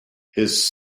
his